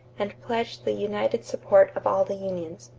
and pledged the united support of all the unions.